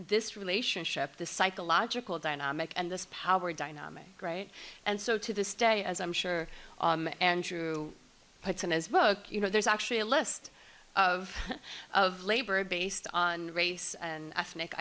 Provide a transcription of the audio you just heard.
this relationship this psychological dynamic and this power dynamic and so to this day as i'm sure andrew puts in his book you know there's actually a list of of labor based on race and ethnic